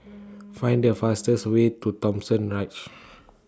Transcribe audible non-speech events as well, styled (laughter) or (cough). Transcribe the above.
(noise) Find The fastest Way to Thomson Ridge